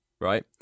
right